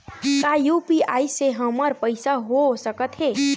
का यू.पी.आई से हमर पईसा हो सकत हे?